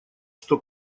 что